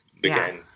Began